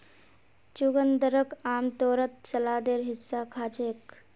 चुकंदरक आमतौरत सलादेर हिस्सा खा छेक